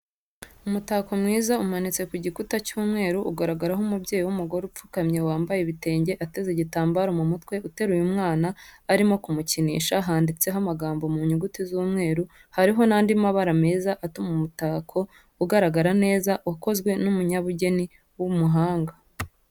Umutako mwiza umanitse ku gikuta cy'umweru ugaragaraho umubyeyi w'umugore upfukamye wambaye ibitenge ateze igitambaro mu mutwe ateruye umwana arimo kumukinisha ,handitseho amagambo mu nyuguti z'umweru hariho n'andi mabara meza atuma umutako ugaragara neza wakozwe n'umunyabugeni w'umuhanga.